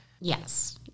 yes